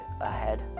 ahead